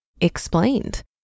Explained